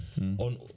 on